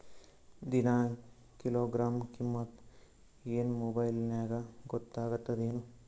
ದಿನಾ ಕಿಲೋಗ್ರಾಂ ಕಿಮ್ಮತ್ ಏನ್ ಮೊಬೈಲ್ ನ್ಯಾಗ ಗೊತ್ತಾಗತ್ತದೇನು?